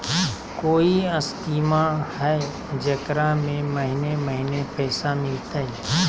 कोइ स्कीमा हय, जेकरा में महीने महीने पैसा मिलते?